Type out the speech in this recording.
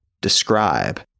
describe